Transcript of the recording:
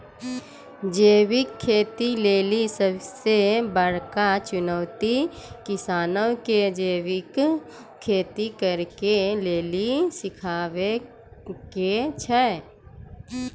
जैविक खेती लेली सबसे बड़का चुनौती किसानो के जैविक खेती करे के लेली सिखाबै के छै